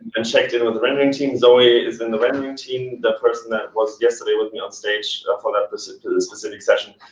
and checked in with the rendering team. zoey is in the rendering team, the person that was yesterday with me on stage for that visit to this specific session.